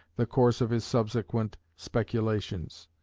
the course of his subsequent speculations.